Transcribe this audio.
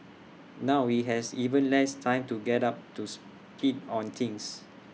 now he has even less time to get up to speed on things